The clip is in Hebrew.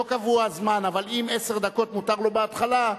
לא קבוע הזמן, אבל אם עשר דקות מותר לו בהתחלה,